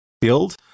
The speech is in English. build